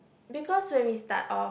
because when we start off